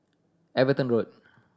Everton Road